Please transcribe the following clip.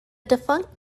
defunct